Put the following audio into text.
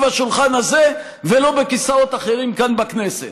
השולחן הזה ולא בכיסאות אחרים כאן בכנסת.